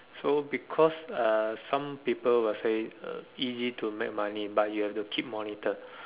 so because uh some people will say uh easy to make money but you have to keep monitor